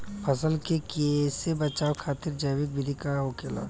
फसल के कियेसे बचाव खातिन जैविक विधि का होखेला?